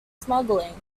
smuggling